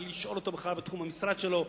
בלי לשאול אותו בכלל בתחום המשרד שלו,